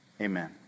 amen